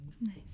Nice